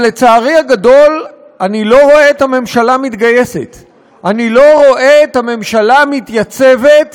אבל לצערי הגדול, אני לא רואה את הממשלה מתגייסת.